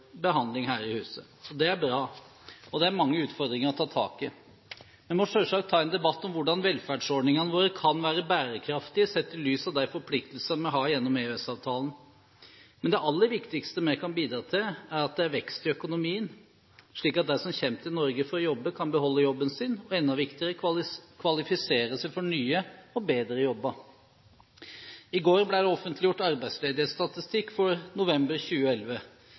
behandling her i huset. Det er bra, og det er mange utfordringer å ta tak i. Vi må selvsagt ta en debatt om hvordan velferdsordningene våre kan være bærekraftige, sett i lys av de forpliktelsene vi har gjennom EØS-avtalen. Men det aller viktigste vi kan bidra til, er at det er vekst i økonomien, slik at de som kommer til Norge for å jobbe, kan beholde jobben sin, og – enda viktigere – kvalifisere seg for nye og bedre jobber. I går ble det offentliggjort arbeidsledighetsstatistikk for november 2011.